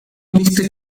liste